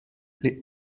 les